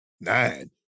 nine